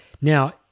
Now